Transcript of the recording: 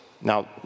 Now